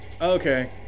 Okay